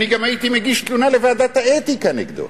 אני גם הייתי מגיש תלונה לוועדת האתיקה נגדו.